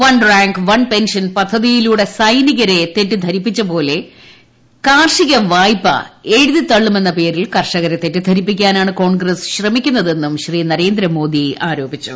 one rank one pension പദ്ധതിയിലൂടെ സൈനികരെ തെറ്റിദ്ധരിപ്പിച്ച പോലെ കാർഷിക വായ്പ എഴുതിതള്ളുമെന്ന പേരിൽ കർഷകരെ തെറ്റിദ്ധരിപ്പിക്കാനാണ് കോൺഗ്രസ്സ് ശ്രമിക്കുന്നതെന്നും ശ്രീ നരേന്ദ്രമോദി ആരോപിച്ചു